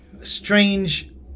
strange